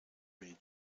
made